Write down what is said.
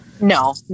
no